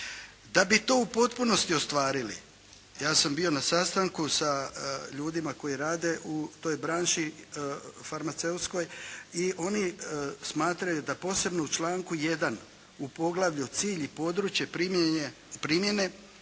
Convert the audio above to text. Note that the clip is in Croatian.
Da bi to u potpunosti ostvarili, ja sam bio na sastanku sa ljudima koji rade u toj branši farmaceutskoj i oni smatraju da posebno u članku 1. u Poglavlju Cilj i područje primjene proizvođači